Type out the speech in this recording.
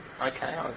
okay